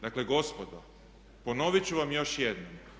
Dakle gospodo ponoviti ću vam još jednom.